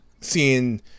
seeing